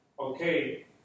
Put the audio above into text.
okay